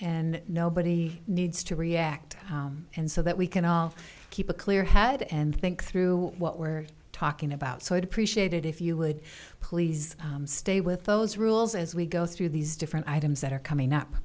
and nobody needs to react and so that we can all keep a clear head and think through what we're talking about so i'd appreciate it if you would please stay with those rules as we go through these different items that are coming up